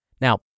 Now